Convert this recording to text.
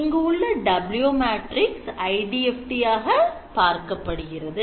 இங்கு உள்ள W matrix IDFT ஆக பார்க்கப்படுகிறது